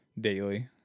daily